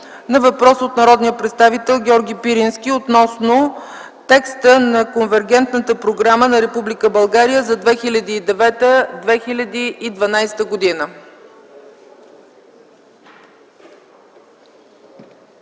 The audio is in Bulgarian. на въпрос от народния представител Георги Пирински, относно текста на Конвергентната програма на Република България за 2009-2012 г.